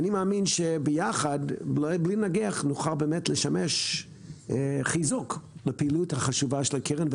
אני מאמין שביחד נוכל לשמש חיזוק לפעילות החשובה של הקרן.